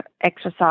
exercise